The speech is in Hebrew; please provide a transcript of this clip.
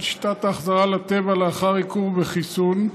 שיטת ההחזרה לטבע לאחר עיקור וחיסון,